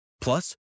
Plus